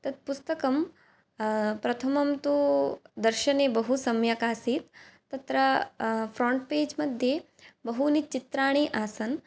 तत् पुस्तकं प्रथमन्तु दर्शने बहुसम्यक् आसीत् तत्र फ़्राण्ट् पेज् मध्ये बहूनि चित्राणि आसन्